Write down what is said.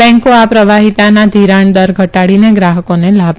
બેન્કો આ પ્રવાહીતાના ધિરાણદર ઘટાડીને ગ્રાહકોને લાભ આપશે